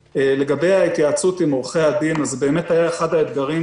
לגבי ההתייעצות עם עורכי הדין זה באמת היה אחד האתגרים